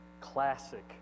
classic